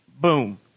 Boom